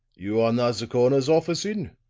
you are not the coroner's office in?